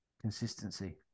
Consistency